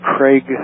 Craig